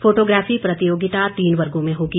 photography प्रतियोगिता तीन वर्गों में होगी